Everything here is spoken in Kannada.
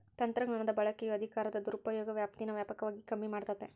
ತಂತ್ರಜ್ಞಾನದ ಬಳಕೆಯು ಅಧಿಕಾರದ ದುರುಪಯೋಗದ ವ್ಯಾಪ್ತೀನಾ ವ್ಯಾಪಕವಾಗಿ ಕಮ್ಮಿ ಮಾಡ್ತತೆ